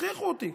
הכריחו אותי.